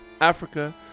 Africa